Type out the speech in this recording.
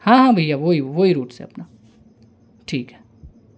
हाँ हाँ भैया वो ही वो ही रूट से अपना ठीक है